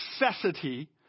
necessity